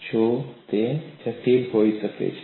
જો કે તે જટિલ હોઈ શકે છે